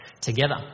together